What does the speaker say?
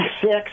six